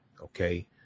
Okay